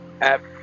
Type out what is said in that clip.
app